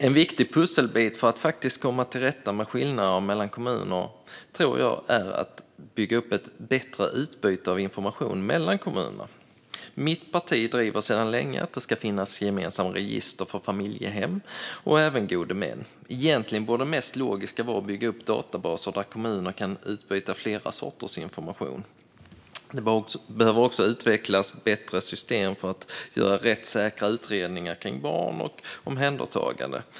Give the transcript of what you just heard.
En viktig pusselbit för att komma till rätta med skillnaderna mellan kommunerna tror jag är att bygga upp ett bättre utbyte av information mellan kommunerna. Mitt parti driver sedan länge att det ska finnas gemensamma register för familjehem och även gode män. Egentligen borde det mest logiska vara att bygga upp databaser där kommuner kan utbyta flera sorters information. Det behöver också utvecklas bättre system för att göra rättssäkra utredningar om barn och omhändertagande.